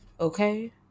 okay